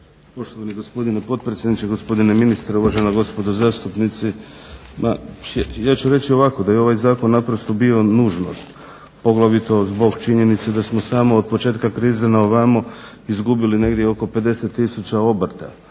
Poštovani gospodine potpredsjedniče, gospodine ministre, uvažena gospodo zastupnici. Ja ću reći ovako, da je ovaj zakon naprosto bio nužnost, poglavito zbog činjenice da smo samo od početka krize na ovamo izgubili negdje oko 50 tisuća obrta,